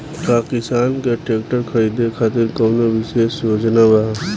का किसान के ट्रैक्टर खरीदें खातिर कउनों विशेष योजना बा?